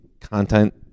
Content